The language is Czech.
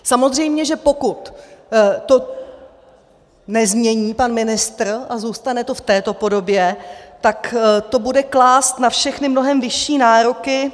Samozřejmě že pokud to nezmění pan ministr a zůstane to v této podobě, tak to bude klást na všechny mnohem vyšší nároky.